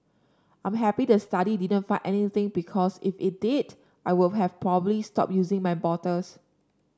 I'm happy the study didn't find anything because if it did I would have probably stop using my bottles